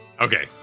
Okay